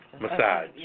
massage